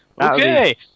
Okay